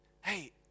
Hey